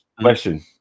question